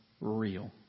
real